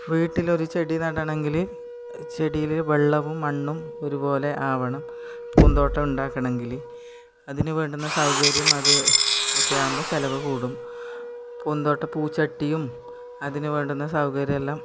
വീട്ടിലൊരു ചെടി നടണമെങ്കിൽ ചെടിയിൽ വെള്ളവും മണ്ണും ഒരുപോലെ ആവണം പൂന്തോട്ടം ഉണ്ടാക്കണമെങ്കിൽ അതിന് വേണ്ടുന്ന സൗകര്യം അത് ഒക്കെയാകുമ്പോൾ ചിലവ് കൂടും പൂന്തോട്ട പൂച്ചട്ടിയും അതിന് വേണ്ടുന്ന സൗകര്യോല്ലാം